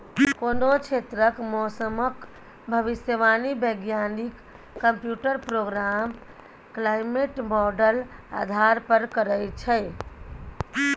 कोनो क्षेत्रक मौसमक भविष्यवाणी बैज्ञानिक कंप्यूटर प्रोग्राम क्लाइमेट माँडल आधार पर करय छै